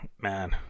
Man